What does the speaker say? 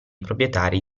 proprietari